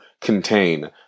contain